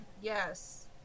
Yes